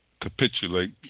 capitulate